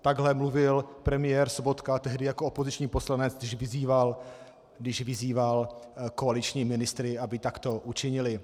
Takhle mluvil premiér Sobotka tehdy jako opoziční poslanec, když vyzýval koaliční ministry, aby takto učinili.